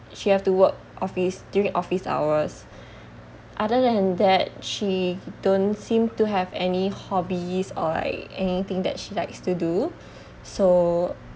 she have to work office during office hours other than that she don't seem to have any hobbies or like anything that she likes to do so